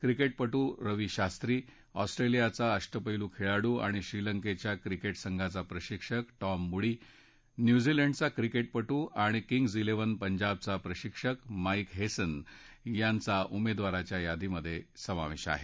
क्रिकेटपटू रवी शास्त्री ऑस्ट्रेलियाचा अष्टपैलू खेळाडू आणि श्रीलंकेच्या क्रिकेट संघाचा प्रशिक्षक टॉम मूडी न्यूझीलंडचा क्रिकेटपटू आणि किंग्ज क्रिव्हन पंजाबचा प्रशिक्षिक माईक हेसन यांचा उमेदवारांच्या यादीत समावेश आहे